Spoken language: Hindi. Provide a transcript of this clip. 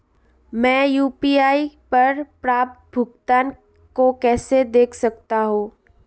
मैं यू.पी.आई पर प्राप्त भुगतान को कैसे देख सकता हूं?